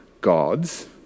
gods